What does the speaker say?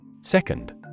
Second